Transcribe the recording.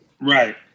Right